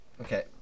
Okay